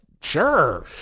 sure